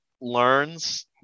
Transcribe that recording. learns